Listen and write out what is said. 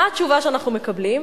מה התשובה שאנחנו מקבלים?